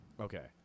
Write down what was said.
okay